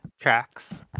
Tracks